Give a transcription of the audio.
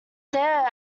there